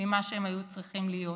ממה שהם היו צריכים להיות.